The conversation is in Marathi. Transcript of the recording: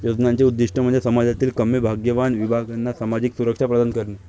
योजनांचे उद्दीष्ट म्हणजे समाजातील कमी भाग्यवान विभागांना सामाजिक सुरक्षा प्रदान करणे